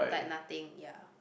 like nothing ya